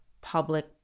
public